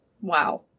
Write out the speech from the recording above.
Wow